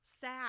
sad